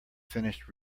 finished